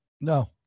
no